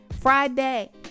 Friday